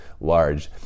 large